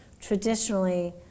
traditionally